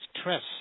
stress